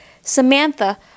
Samantha